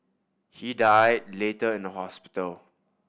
he died later in the hospital